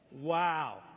wow